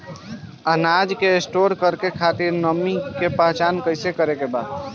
अनाज के स्टोर करके खातिर नमी के पहचान कैसे करेके बा?